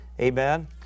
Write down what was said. Amen